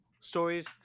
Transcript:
stories